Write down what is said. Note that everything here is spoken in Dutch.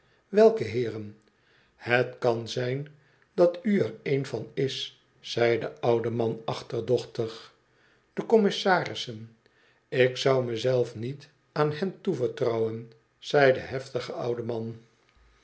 welke heeren het kan zijn dat u er een van is zei de oude man achterdochtig de commissarissen ik zou me zelf niet aan hen toevertrouwen zei de heftige oude man